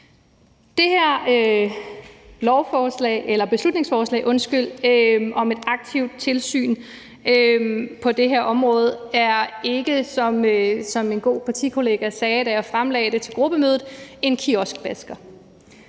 Det her beslutningsforslag om et aktivt tilsyn på det her område er ikke, som en god partikollega sagde, da jeg fremlagde det på gruppemødet, en kioskbasker.